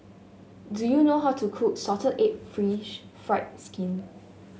do you know how to cook Salted Egg fish fried skin